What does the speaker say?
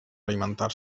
alimentar